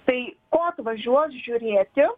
tai ko atvažiuos žiūrėti